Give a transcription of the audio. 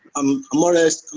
i'm, more or less.